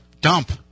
dump